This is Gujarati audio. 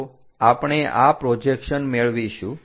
તો આપણે આ પ્રોજેક્શન મેળવીશું